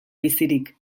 bizirik